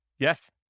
Yes